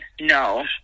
No